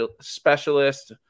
specialist